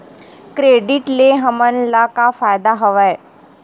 Credit ले हमन ला का फ़ायदा हवय?